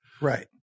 Right